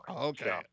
Okay